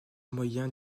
moyen